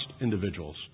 individuals